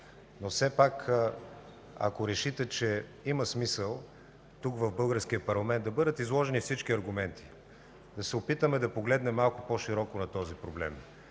но все пак, ако решите, че има смисъл тук, в Българския парламент да бъдат изложени всички аргументи, да се опитаме да погледнем малко по-широко на този проблем,